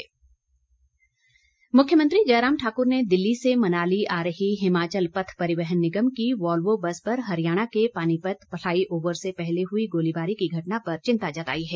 मुख्यमंत्री वक्तव्य मुख्यमंत्री जयराम ठाकुर ने दिल्ली से मनाली आ रही हिमाचल पथ परिवहन निगम की वाल्वो बस पर हरियाणा के पानीपत फ्लाई ओवर से पहले हुई गोलाबारी की घटना पर चिंता जताई है